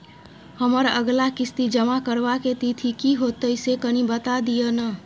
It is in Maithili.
हमर अगला किस्ती जमा करबा के तिथि की होतै से कनी बता दिय न?